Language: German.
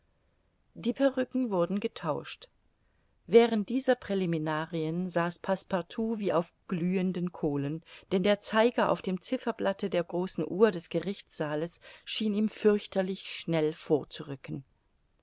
die perrücken wurden getauscht während dieser präliminarien saß passepartout wie auf glühenden kohlen denn der zeiger auf dem zifferblatte der großen uhr des gerichtssaales schien ihm fürchterlich schnell vorzurücken